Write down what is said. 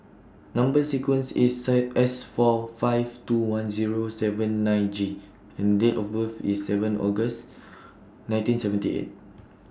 Number sequence IS sight S four five two one Zero seven nine G and Date of birth IS seven August nineteen seventy eight